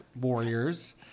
warriors